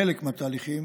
חלק מהתהליכים